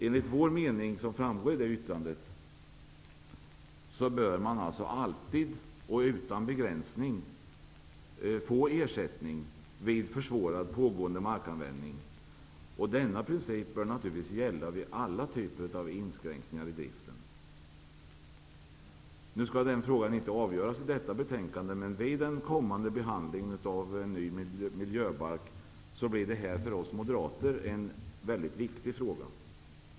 Enligt vår mening, som framgår av det särskilda yttrandet, bör man alltid och utan begränsning få ersättning vid försvårad pågående markanvändning. Denna princip bör naturligtvis gälla vid alla typer av inskränkningar i driften. Den frågan skall inte avgöras i och med detta betänkande. Vid den kommande behandlingen av en ny miljöbalk blir detta för oss moderater en viktig fråga.